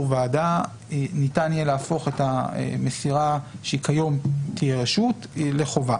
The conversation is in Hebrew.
ועדה ניתן יהיה להפוך את המסירה שהיא כיום כרשות לחובה